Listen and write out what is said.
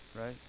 Right